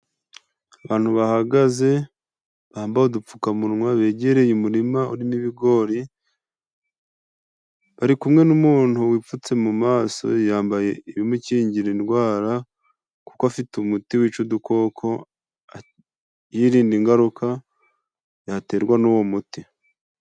Abantu bahagaze bambaye udupfukamunwa begereye umurima urimo ibigori ,bari kumwe n'umuntu wipfutse mu maso yambaye ibimukingira indwara ,kuko afite umuti wica udukoko yirinda ingaruka yaterwa n'uwo muti.